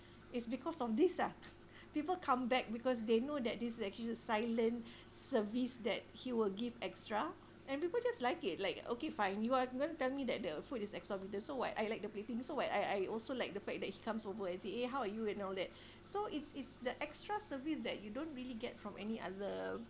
is because of this ah people come back because they know that this is actually the silent service that he will give extra and we will just like it like okay fine you are gonna tell me that the food is exorbitant so what I like the plating so what I I also like the fact that he comes over and says eh how are you and all that so it's it's the extra service that you don't really get from any other